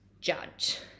judge